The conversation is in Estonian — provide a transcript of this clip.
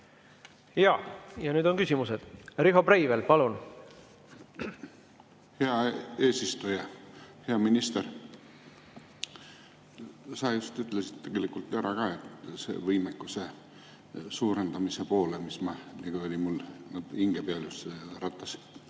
Ja nüüd on küsimused. Riho Breivel, palun! Hea eesistuja! Hea minister! Sa just ütlesid tegelikult ära ka, et see võimekuse suurendamise pool, mis oli mul nagu hinge peal, et